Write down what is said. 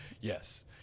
yes